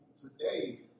today